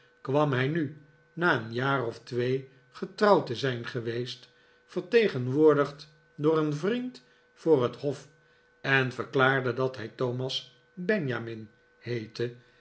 kwam hij nu na een jaar of twee getrouwd te zijn geweest vertegenwoordigd door een vriend voor het hof en verklaarde dat hij thomas benjamin heette